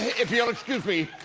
if you'll excuse me,